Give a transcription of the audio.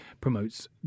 promotes